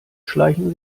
schleichen